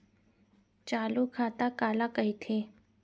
चालू खाता काला कहिथे?